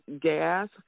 gas